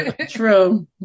true